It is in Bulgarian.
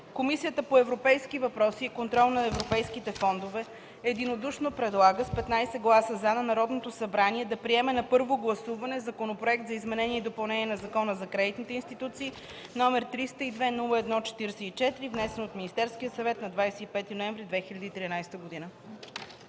Комисията по европейските въпроси и контрол на европейските фондове единодушно предлага – с 15 гласа „за”, на Народното събрание да приеме на първо гласуване Законопроекта за изменение и допълнение на Закона за кредитните институции, № 302-01-44, внесен от Министерския съвет на 25 ноември 2013 г.”